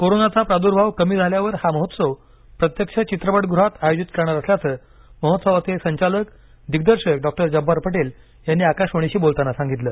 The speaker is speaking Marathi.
कोरोनाचा प्रादुर्भाव कमी झाल्यावर हा महोत्सव प्रत्यक्ष चित्रपटगृहात आयोजित करणार असल्याचं महोत्सवाचे संचालक दिग्दर्शक डॉ जब्बार पटेल यांनी आकाशवाणीशी बोलताना सांगितलं